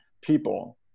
people